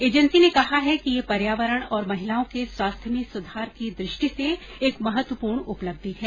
agency ने कहा है कि यह पर्यावरण और महिलाओं के स्वास्थ्य में सुधार की दृष्टि से एक महत्वपूर्ण उपलब्धि है